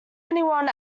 anyone